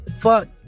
fuck